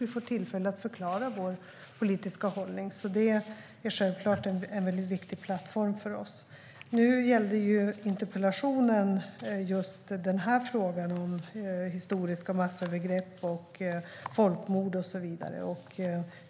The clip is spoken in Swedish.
Vi får tillfälle att förklara vår politiska hållning, så det är självklart en väldigt viktig plattform för oss. Nu gällde ju interpellationen frågan om historiska massövergrepp, folkmord och så vidare.